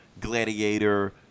Gladiator